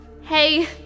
Hey